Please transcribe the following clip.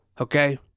Okay